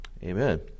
amen